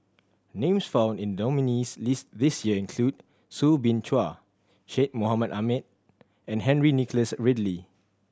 names found in the nominees' list this year include Soo Bin Chua Syed Mohamed Ahmed and Henry Nicholas Ridley